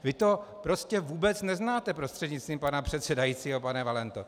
Vy to prostě vůbec neznáte, prostřednictvím pana předsedajícího pane Valento.